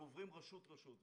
אנחנו עוברים רשות, רשות.